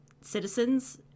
citizens